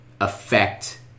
affect